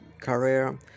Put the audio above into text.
career